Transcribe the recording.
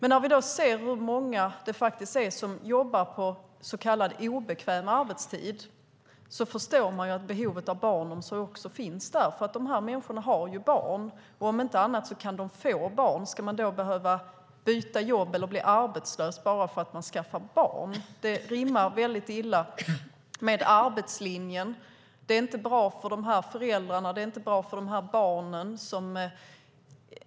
När vi ser hur många det faktiskt är som jobbar på så kallad obekväm arbetstid förstår vi ju att behovet av barnomsorg också finns där, för de här människorna har ju barn, om inte annat kan de få barn. Ska man behöva byta jobb eller bli arbetslös bara för att man skaffar barn? Det rimmar väldigt illa med arbetslinjen. Det är inte bra för de här föräldrarna. Det är inte bra för de här barnen.